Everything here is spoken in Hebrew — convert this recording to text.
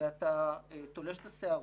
ואתה תולש את השערות,